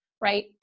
right